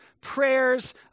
prayers